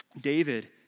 David